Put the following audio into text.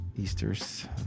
Easters